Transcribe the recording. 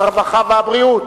הרווחה והבריאות